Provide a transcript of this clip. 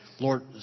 Lord